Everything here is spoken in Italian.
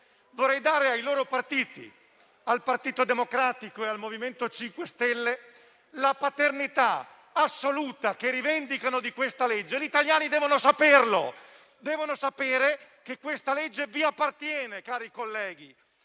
- e dare ai loro partiti, il Partito Democratico e il MoVimento 5 Stelle, la paternità assoluta che rivendicano di questo disegno di legge. Gli italiani devono saperlo. Devono sapere che questa legge vi appartiene, cari colleghi.